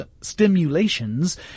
stimulations